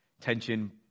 tension